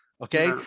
Okay